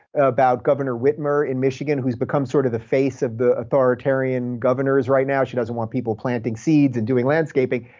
about governor whitmer in michigan, who's become sort of the face of the authoritarian governors right now. she doesn't want people planting seeds and doing landscaping.